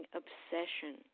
obsession